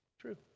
true